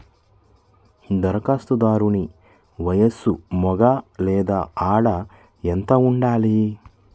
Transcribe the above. ధరఖాస్తుదారుని వయస్సు మగ లేదా ఆడ ఎంత ఉండాలి?